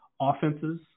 offenses